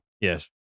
yes